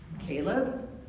Caleb